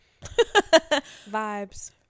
vibes